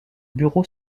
bureau